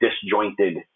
disjointed